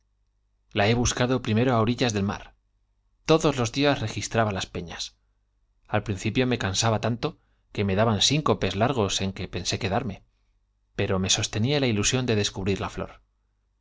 la he buscado primero á orillas del mar todos los días registraba las peñas al principio me cansaba tanto que me daban síncopes largos en que pensé quedarme pero me sostenía la ilusión de descubrir la flor